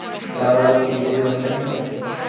লালআলু কি বিদেশে রপ্তানি হয়?